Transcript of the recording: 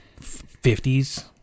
50s